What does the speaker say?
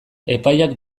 epaiak